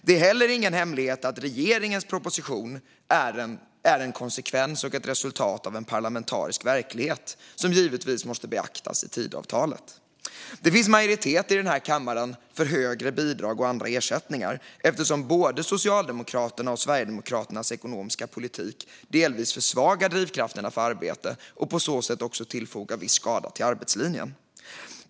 Det är heller ingen hemlighet att regeringens proposition är en konsekvens och ett resultat av en parlamentarisk verklighet, som givetvis måste beaktas i Tidöavtalet. Det finns majoritet i den här kammaren för högre bidrag och andra ersättningar eftersom både Socialdemokraternas och Sverigedemokraternas ekonomiska politik delvis försvagar drivkrafterna för arbete och på så sätt tillfogar viss skada till arbetslinjen.